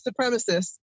supremacists